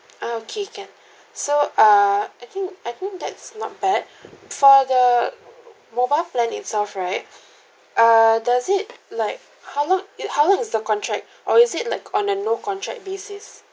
okay can so err I think I think that's not bad for the mobile plan itself right err does it like how long it how long is the contract or is it like on the no contract basis